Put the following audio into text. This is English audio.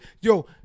Yo